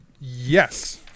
yes